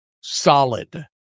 solid